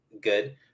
good